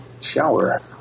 shower